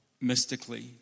mystically